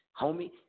Homie